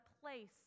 place